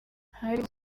harimo